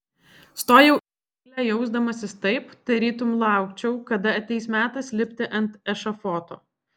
stojau į eilę jausdamasis taip tarytum laukčiau kada ateis metas lipti ant ešafoto